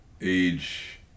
age